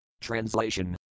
Translation